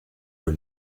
were